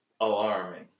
alarming